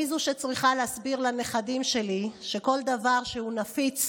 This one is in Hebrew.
אני זו שצריכה להסביר לנכדים שלי שכל דבר שהוא נפיץ